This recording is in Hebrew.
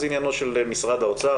זה עניינו של משרד האוצר,